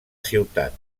ciutat